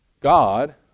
God